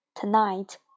Tonight